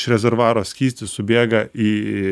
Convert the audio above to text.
iš rezervuaro skystis subėga į